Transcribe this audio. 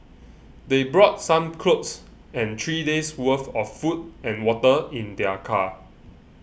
they brought some clothes and three days' worth of food and water in their car